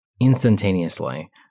instantaneously